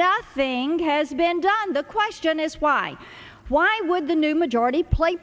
nothing has been done the question is why why would the new majority play